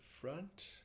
front